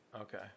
Okay